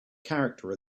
character